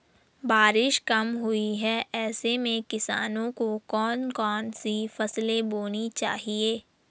बारिश कम हुई है ऐसे में किसानों को कौन कौन सी फसलें बोनी चाहिए?